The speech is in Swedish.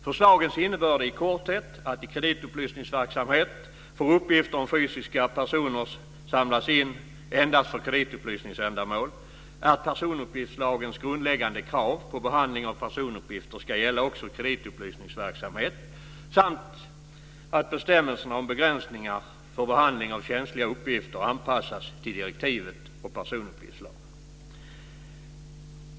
Förslagens innebörd är i korthet att i kreditupplysningsverksamhet får uppgifter om fysiska personer samlas in endast för kreditupplysningsändamål, att personuppgiftslagens grundläggande krav på behandling av personuppgifter ska gälla också kreditupplysningsverksamhet samt att bestämmelserna om begränsningar för behandling av känsliga uppgifter anpassas till direktivet och personuppgiftslagen.